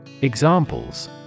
Examples